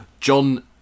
John